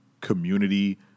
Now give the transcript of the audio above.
community